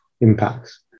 impacts